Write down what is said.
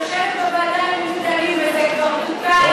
אני יושבת בוועדה למינוי דיינים, וזה כבר תוקן.